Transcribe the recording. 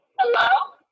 Hello